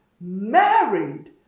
married